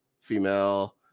female